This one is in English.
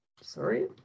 Sorry